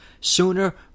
sooner